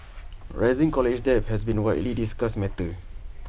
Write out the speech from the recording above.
rising college debt has been A widely discussed matter